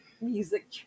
music